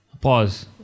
pause